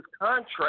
contract